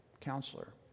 Counselor